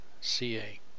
CA